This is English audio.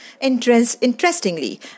Interestingly